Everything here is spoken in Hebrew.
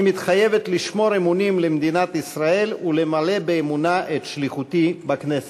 אני מתחייבת לשמור אמונים למדינת ישראל ולמלא באמונה את שליחותי בכנסת.